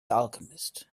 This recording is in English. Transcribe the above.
alchemist